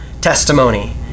testimony